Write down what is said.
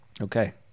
Okay